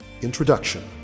Introduction